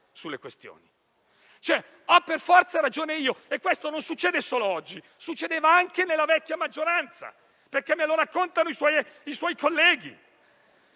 sulle questioni per cui deve avere ragione per forza. E questo non succede solo oggi, succedeva anche nella vecchia maggioranza perché me lo raccontano i suoi colleghi.